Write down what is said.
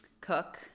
cook